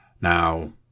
now